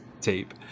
tape